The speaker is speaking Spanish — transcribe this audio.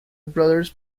brothers